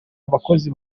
abakozi